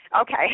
Okay